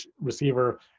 receiver